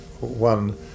one